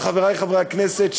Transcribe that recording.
חברי חברי הכנסת,